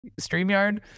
StreamYard